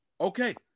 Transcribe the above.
Okay